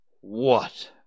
What